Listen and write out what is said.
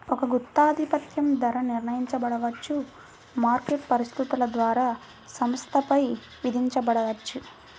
ఒక గుత్తాధిపత్యం ధర నిర్ణయించబడవచ్చు, మార్కెట్ పరిస్థితుల ద్వారా సంస్థపై విధించబడవచ్చు